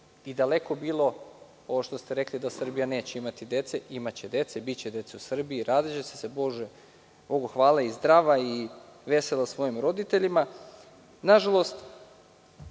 Daleko bilo, ovo što ste rekli, da Srbija neće imati dece. Imaće dece, biće dece u Srbiji. Rađaće se, Bogu hvala, i zdrava i vesela svojim roditeljima. Nažalost,